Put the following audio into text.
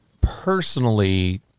personally